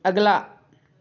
ਅਗਲਾ